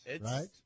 right